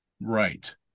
Right